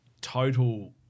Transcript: total